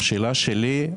השאלה שלי,